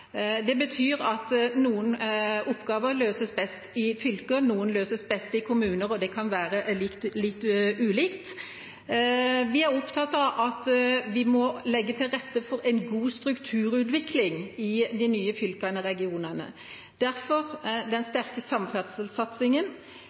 Det betyr at noen oppgaver løses best i fylker, noen løses best i kommuner – det kan være litt ulikt. Vi er opptatt av at vi må legge til rette for en god strukturutvikling i de nye fylkene, i regionene, derfor den